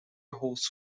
هولز